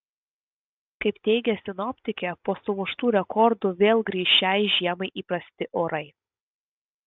kaip teigia sinoptikė po sumuštų rekordų vėl grįš šiai žiemai įprasti orai